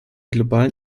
globalen